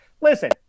Listen